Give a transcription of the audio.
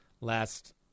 last